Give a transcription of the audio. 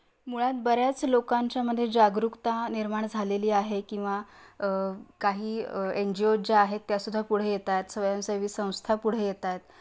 मुळात बऱ्याच लोकांच्यामध्ये जागरूकता निर्माण झालेली आहे किंवा काही एन जी ओज ज्या आहेत त्यासुद्धा पुढे येत आहेत स्वयंसेवी संस्था पुढे येत आहेत